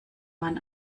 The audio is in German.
man